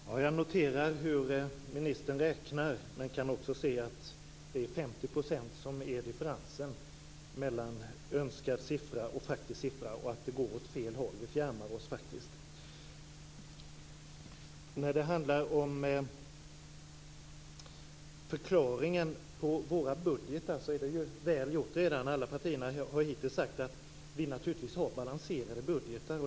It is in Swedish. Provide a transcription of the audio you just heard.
Fru talman! Jag noterar hur ministern räknar men kan också se att det är en differens på 50 % mellan önskad siffra och faktisk siffra och att det går åt fel håll. Vi fjärmar oss faktiskt. Förklaringarna av våra budgetar är ju redan väl gjorda. Alla partier har hittills sagt att de naturligtvis har balanserade budgetar.